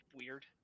weird